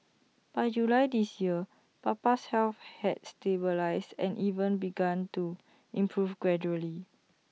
by July this year Papa's health had stabilised and even begun to improve gradually